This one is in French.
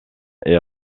est